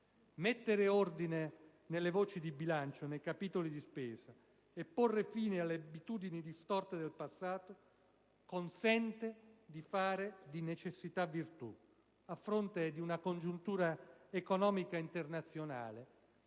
Mettere ordine nelle voci di bilancio, nei capitoli di spesa e porre fine alle abitudini distorte del passato consente di fare di necessità virtù, a fronte di una congiuntura economica ed internazionale